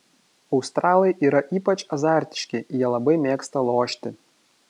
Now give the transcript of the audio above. australai yra ypač azartiški jie labai mėgsta lošti